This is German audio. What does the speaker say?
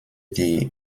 die